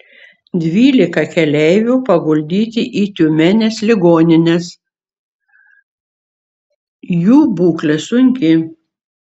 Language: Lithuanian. dvylika keleivių paguldyti į tiumenės ligonines jų būklė sunki